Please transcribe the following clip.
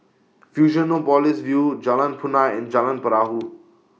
Fusionopolis View Jalan Punai and Jalan Perahu